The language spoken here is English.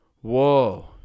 whoa